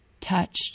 touched